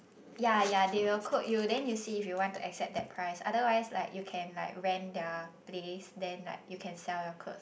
yea yea they will quote you then you see if you want to accept that price otherwise like you can like rent their place then like you can sell your clothes